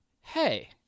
hey